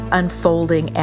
unfolding